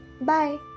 Bye